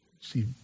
See